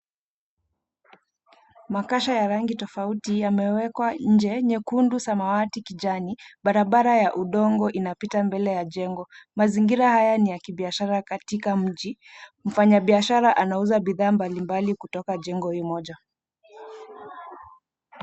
Makasha ya rangi tofauti yamewekwa nje, nyekundu, samawati, kijani. Barabara ya udongo inapita mbele ya jengo. Mazingira haya ni ya kibiashara katika mji. Mfanya biashara anauza bidhaa mbalimbali kutoka jengo hio moja.